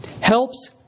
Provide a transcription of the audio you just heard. helps